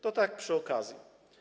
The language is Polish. To tak przy okazji.